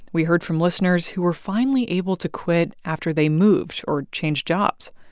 we heard from listeners who were finally able to quit after they moved or changed jobs.